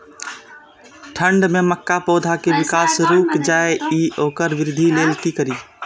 ठंढ में मक्का पौधा के विकास रूक जाय इ वोकर वृद्धि लेल कि करी?